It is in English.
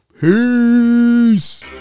peace